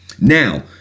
Now